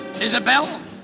Isabel